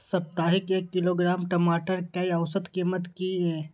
साप्ताहिक एक किलोग्राम टमाटर कै औसत कीमत किए?